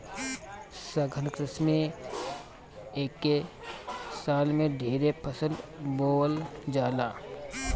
सघन कृषि में एके साल में ढेरे फसल बोवल जाला